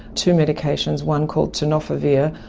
two medications, one called tenofovir,